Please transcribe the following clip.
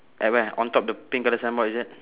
at where on top the pink colour signboard is it